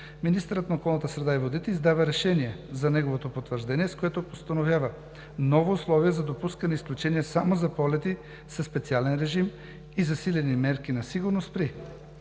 министърът на околната среда и водите издава решение за неговото потвърждение, с което постановява ново условие за допускане - изключение само за полети със специален режим и засилени мерки на сигурност при